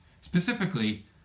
Specifically